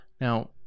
Now